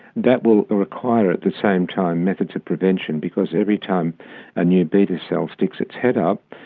that will require at the same time methods of prevention, because every time a new beta cell sticks its head up,